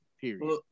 period